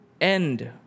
end